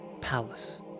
Palace